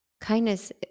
Kindness